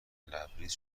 لبریز